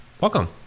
welcome